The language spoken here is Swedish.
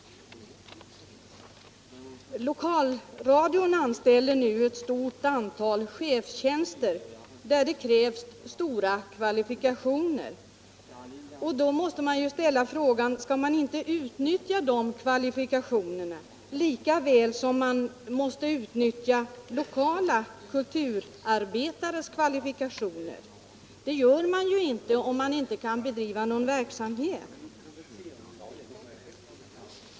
Lokalradion anställer nu ett stort antal chefstjänster, där det krävs höga kvalifikationer. Då måste man ställa frågan om man inte skall utnyttja dessa kvalificerade krafter lika väl som man måste utnyttja lokala kulturarbetares kvalifikationer. Detta gör man nu inte om man inte kan bedriva någon verksamhet.